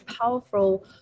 powerful